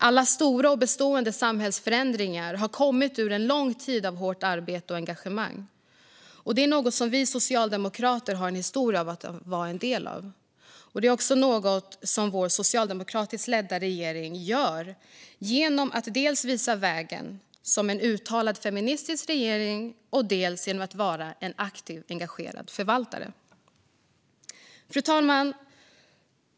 Alla stora och bestående samhällsförändringar har kommit ur en lång tid av hårt arbete och engagemang. Detta är något som vi socialdemokrater har en historia av att vara en del av och något som vår socialdemokratiskt ledda regering gör genom att dels visa vägen som en uttalat feministisk regering, dels vara en aktiv och engagerad förvaltare. Fru talman!